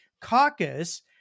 caucus